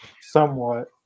somewhat